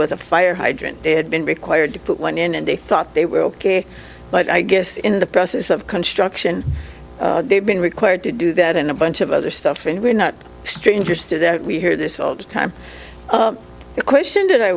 was a fire hydrant they had been required to put one in and they thought they were ok but i guess in the process of construction they've been required to do that and a bunch of other stuff and we're not strangers to that we hear this all the time the question that i